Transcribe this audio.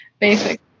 Basic